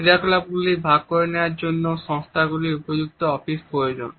ক্রিয়াকলাপগুলি ভাগ করে নেওয়ার জন্য সংস্থাগুলিরও উপযুক্ত অফিস প্রয়োজন